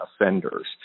offenders